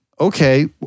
Okay